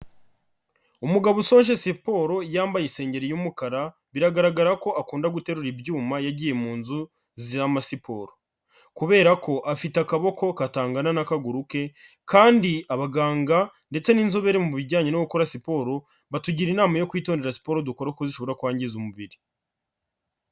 Umugabo usoje siporo, yambaye isengeri y'umukara, biragaragara ko akunda guterura ibyuma, yagiye mu nzu z'amasiporo. Kubera ko afite akaboko katangana n'akaguru ke, kandi abaganga ndetse n'inzobere mu bijyanye no gukora siporo, batugira inama yo kwitondera siporo dukora, kuko zishobora kwangiza umubiri.